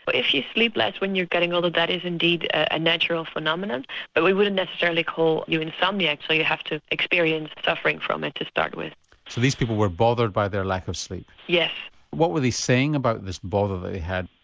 but if you sleep less when you're getting older that is indeed a natural phenomenon but we wouldn't necessarily call you insomniacs so you have to experience suffering from it to start with. so these people were bothered by their lack of sleep? yes. what were they saying about this bother that they had?